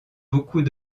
beaucoup